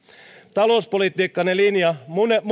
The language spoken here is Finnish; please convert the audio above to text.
talouspolitiikkanne linja